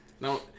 No